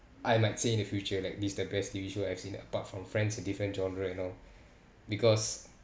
I might say in the future like this the best T_V show I've seen that apart from friends a different genre and all because